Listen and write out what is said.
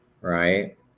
right